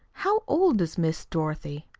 how old is miss dorothy?